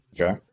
Okay